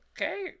okay